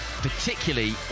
particularly